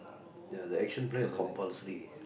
the the action plan is compulsory